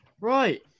Right